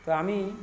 তো আমি